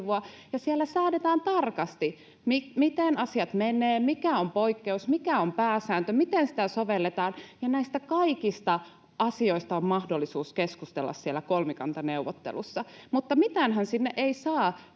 siellä säädetään tarkasti, miten asiat menevät, mikä on poikkeus, mikä on pääsääntö ja miten sitä sovelletaan. Näistä kaikista asioista on mahdollisuus keskustella siellä kolmikantaneuvotteluissa. Mutta mitäänhän sinne ei saa,